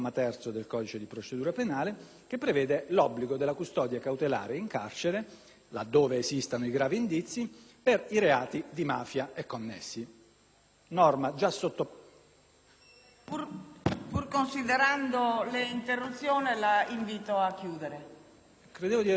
laddove esistano gravi indizi, per i reati di mafia e connessi.